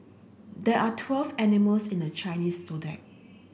there are twelve animals in the Chinese Zodiac